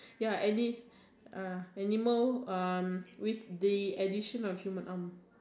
ya and it's uh animal um with the addition of human arm